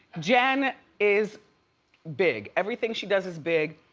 jen is big. everything she does is big,